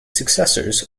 successors